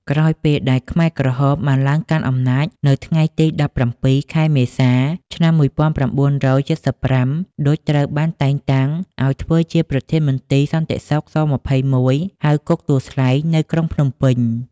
ក្រោយពេលដែលខ្មែរក្រហមបានឡើងកាន់អំណាច នៅថ្ងៃទី១៧ ខែមេសា ឆ្នាំ១៩៧៥ ឌុច ត្រូវបានតែងតាំងឱ្យធ្វើជាប្រធានមន្ទីរសន្តិសុខ ស-២១ ហៅ គុកទួលស្លែង នៅក្រុងភ្នំពេញ។